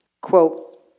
Quote